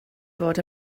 fod